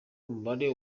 umubare